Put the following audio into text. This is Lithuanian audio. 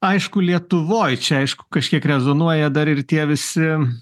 aišku lietuvoj čia aišku kažkiek rezonuoja dar ir tie visi